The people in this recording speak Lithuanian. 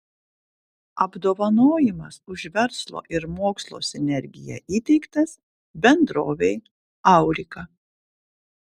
apdovanojimas už verslo ir mokslo sinergiją įteiktas bendrovei aurika